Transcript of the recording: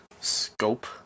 scope